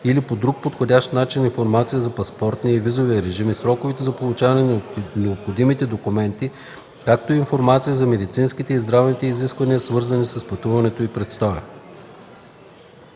или по друг подходящ начин информация за паспортния и визовия режим и сроковете за получаване на необходимите документи, както и информация за медицинските и здравните изисквания, свързани с пътуването и престоя.”